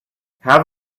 have